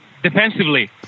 Defensively